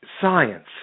science